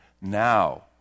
now